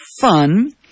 fun